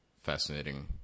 fascinating